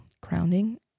Grounding